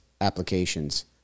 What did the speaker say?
applications